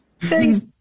Thanks